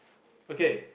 okay